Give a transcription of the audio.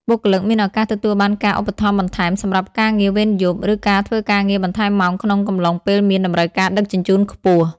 បុគ្គលិកមានឱកាសទទួលបានការឧបត្ថម្ភបន្ថែមសម្រាប់ការងារវេនយប់ ឬការធ្វើការងារបន្ថែមម៉ោងក្នុងកំឡុងពេលមានតម្រូវការដឹកជញ្ជូនខ្ពស់។